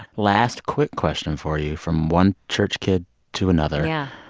last quick question for you, from one church kid to another. yeah.